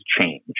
change